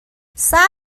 صبر